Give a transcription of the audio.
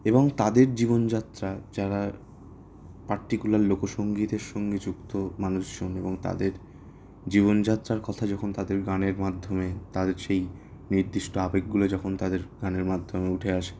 এবং তাদের জীবনযাত্রা যারা পার্টিকুলার লোকসংগীতের সঙ্গে যুক্ত মানুষজন এবং তাদের জীবনযাত্রার কথা যখন তাদের গানের মাধ্যমে তাদের সেই নির্দিষ্ট আবেগগুলো যখন তাদের গানের মাধ্যমে উঠে আসে